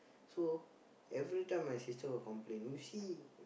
so every time my sister will complain you see